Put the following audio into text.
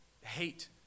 hate